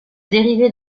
dérivée